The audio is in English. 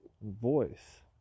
voice